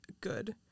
good